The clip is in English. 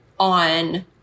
on